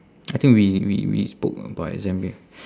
I think we we we spoke about exams already